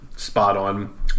spot-on